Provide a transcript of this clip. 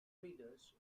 readers